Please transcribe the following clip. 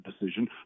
decision